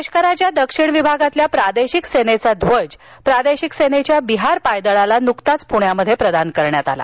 लष्कराच्या दक्षिण विभागातील प्रादेशिक सेनेचा ध्वज प्रादेशिक सेनेच्या बिहार पायदळाला नुकताच पुण्यात प्रदान करण्यात आला